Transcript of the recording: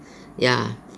ya